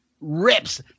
Rips